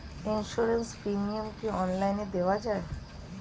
Insurance premium কি online দেওয়া যায়?